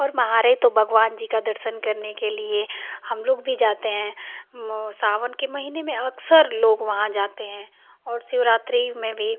और महारे तो भगवानजी के दर्शन करने के लिए हमलोग भी जाते हैं सावन के महीने में अक्सर लोग वहाँ जाते हैं और शिवरात्रि में भी